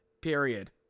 period